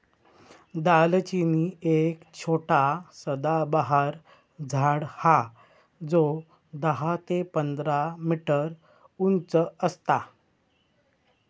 दालचिनी एक छोटा सदाबहार झाड हा जो दहा ते पंधरा मीटर उंच असता